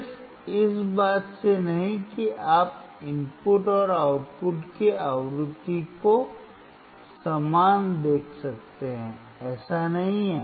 सिर्फ इस बात से नहीं कि आप इनपुट और आउटपुट की आवृत्ति को समान देख सकते हैं ऐसा नहीं है